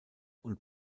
und